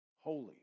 holy